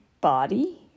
body